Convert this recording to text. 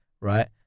right